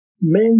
men